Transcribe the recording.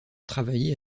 travaillé